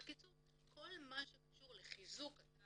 בקיצור כל מה שקשור לחיזוק התא